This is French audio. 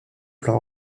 plan